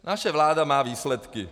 Naše vláda má výsledky.